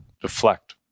Deflect